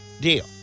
deal